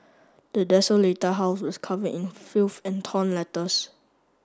the desolated house was covered in filth and torn letters